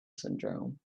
syndrome